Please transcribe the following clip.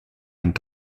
und